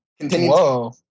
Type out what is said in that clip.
Whoa